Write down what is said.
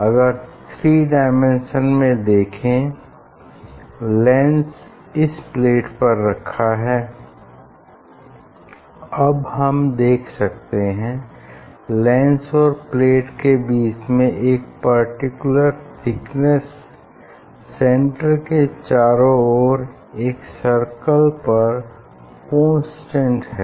अगर three dimension में देखें लेंस इस प्लेट पर रखा है अब हम देख सकते हैं लेंस और प्लेट के बीच में एक पर्टिकुलर थिकनेस सेन्टर के चारो ओर एक सर्कल पर कांस्टेंट है